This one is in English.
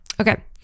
Okay